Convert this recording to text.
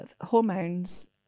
hormones